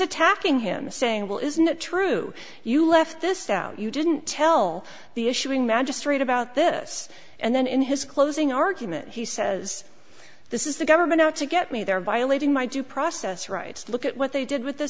attacking him saying well isn't it true you left this out you didn't tell the issuing magistrate about this and then in his closing argument he says this is the government out to get me they're violating my due process rights look at what they did with